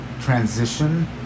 transition